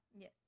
Yes